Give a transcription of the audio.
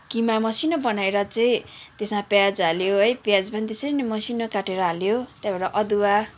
किमा मसिनो बनाएर चाहिँ त्यसमा प्याज हाल्यो है प्याज पनि त्यसरी नै मसिनो काटेर हाल्यो त्यहाँबाट अदुवा